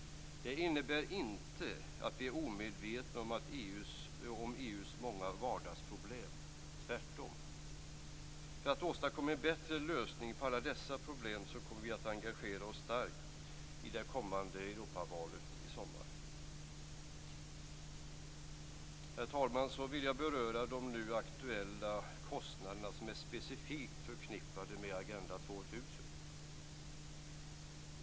Det innebär inte att vi är omedvetna om EU:s många vardagsproblem - tvärtom! För att åstadkomma en bättre lösning på alla dessa problem kommer vi att engagera oss starkt i det kommande Herr talman! Så vill jag beröra de nu aktuella kostnaderna som är specifikt förknippade med Agenda 2000.